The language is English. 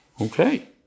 Okay